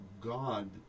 God